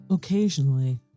Occasionally